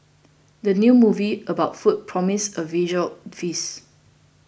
the new movie about food promises a visual feast